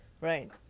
right